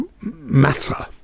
matter